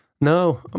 no